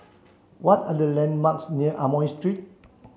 what are the landmarks near Amoy Street